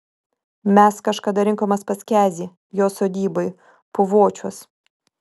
mes kažkada rinkomės pas kezį jo sodyboj puvočiuos